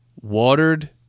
watered